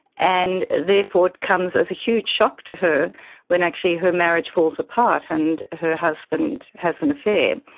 and therefore it comes as a huge shock to her when actually her marriage falls apart and her husband has an affair.